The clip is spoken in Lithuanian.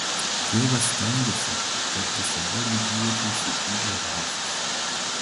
tėvas stengėsi kad visada lygiuočiausi į geriausius